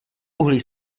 uhlí